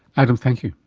adam, thank you.